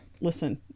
Listen